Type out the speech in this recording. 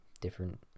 different